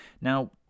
Now